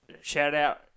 shout-out